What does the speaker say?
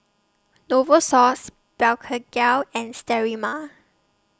Novosource Blephagel and Sterimar